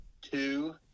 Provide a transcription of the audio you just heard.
Two